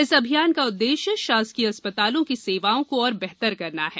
इस अभियान का उद्देश्य शासकीय अस्पतालों की सेवाओं को और बेहतर करना है